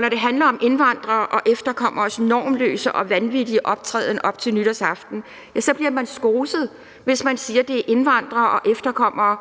Når det handler om indvandreres og efterkommeres normløse og vanvittige optræden op til nytårsaften, bliver man skoset, hvis man siger, at det er indvandrere og efterkommere,